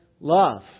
love